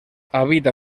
habita